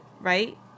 right